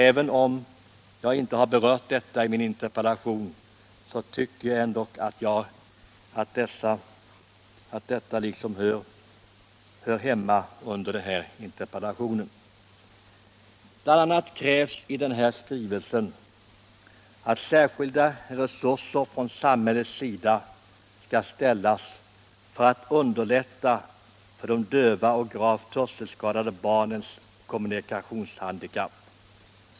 Även om jag inte har berört denna skrivelse i min interpellation, tycker jag att den hör hemma i det här sammanhanget. Bl. a. krävs att särskilda resurser skall ställas till förfogande av samhället för att underlätta det döva eller gravt hörselskadade barnets kommunikationshandikapp.